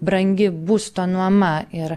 brangi būsto nuoma ir